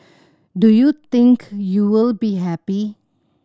do you think you will be happy